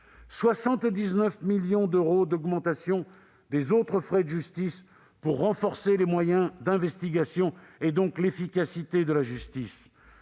79 millions d'euros d'augmentation des autres frais de justice pour renforcer les moyens d'investigation et donc l'efficacité de la justice.